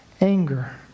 anger